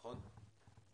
נכון?